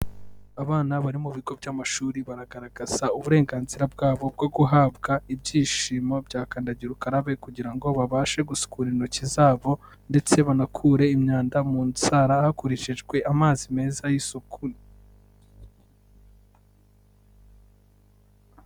Abana bari mu bigo by'amashuri baragaragaza uburenganzira bwabo bwo guhabwa ibyishimo bya kandagira ukarabe, kugira ngo babashe gusukura intoki zabo, ndetse banakure imyanda mu nzara hakoreshejwe amazi meza y'isuku.